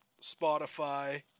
spotify